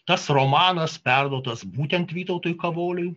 tas romanas perduotas būtent vytautui kavoliui